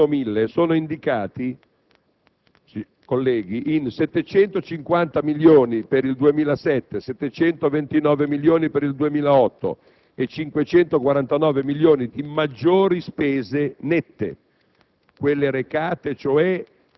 Gli effetti dell'emendamento 1.1000 sono indicati, colleghi, in 750 milioni per il 2007; 729 milioni per il 2008 e 549 milioni per il 2009 di maggiori spese nette